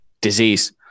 disease